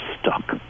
stuck